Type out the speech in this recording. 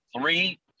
three